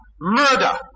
Murder